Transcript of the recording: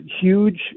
huge